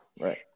right